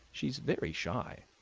she is very shy.